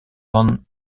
van